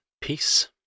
Peace